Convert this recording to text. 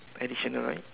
additional right